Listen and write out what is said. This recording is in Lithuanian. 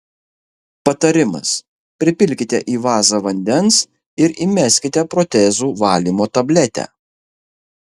patarimas pripilkite į vazą vandens ir įmeskite protezų valymo tabletę